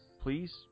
Please